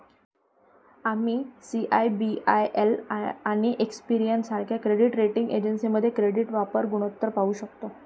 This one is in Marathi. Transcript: आम्ही सी.आय.बी.आय.एल आणि एक्सपेरियन सारख्या क्रेडिट रेटिंग एजन्सीमध्ये क्रेडिट वापर गुणोत्तर पाहू शकतो